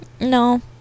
No